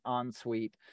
ensuite